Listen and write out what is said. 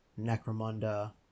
Necromunda